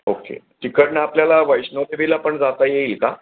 okay तिकडून आपल्याला वैष्णोदेवीला पण जाता येईल का